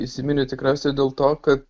įsiminė tikriausiai dėl to kad